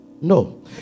No